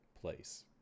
place